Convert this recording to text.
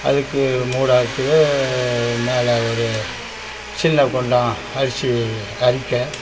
அதுக்கு மூடாக்கு மேலே ஒரு சின்ன குண்டான் அரிசி அரிக்க